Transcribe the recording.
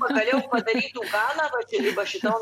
pagaliau padarytų galą